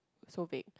so big